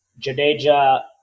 Jadeja